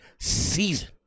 season